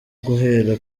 guhera